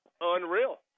unreal